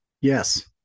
Yes